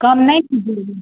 कम नहीं कीजिए